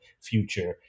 future